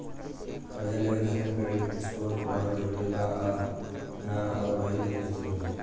कर्जा लेवे खातिर क्रेडिट स्कोर रहल जरूरी बा अगर ना रही त कैसे मिली?